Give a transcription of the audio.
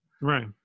right